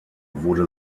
wurde